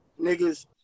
niggas